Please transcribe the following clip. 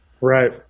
Right